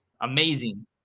amazing